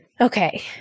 Okay